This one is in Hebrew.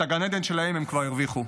את גן העדן שלהם הם כבר הרוויחו.